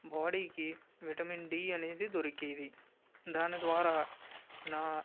బాడీకి vitamin D అనేది దొరికేది దాని ద్వారా నా